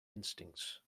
instincts